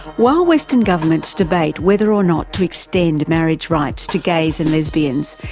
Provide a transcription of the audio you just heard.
while western governments debate whether or not to extend marriage rights to gays and lesbians,